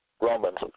Romans